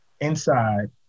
inside